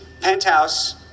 penthouse